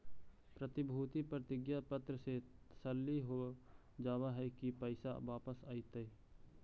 प्रतिभूति प्रतिज्ञा पत्र से तसल्ली हो जावअ हई की पैसा वापस अइतइ